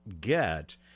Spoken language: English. get